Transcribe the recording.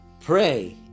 pray